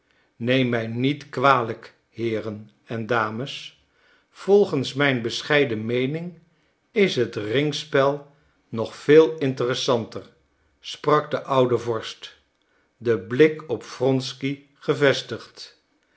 neem mij niet kwalijk heeren en dames volgens mijn bescheiden meening is het ringspel nog veel interessanter sprak de oude vorst den blik op wronsky gevestigd